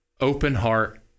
open-heart